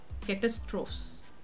catastrophes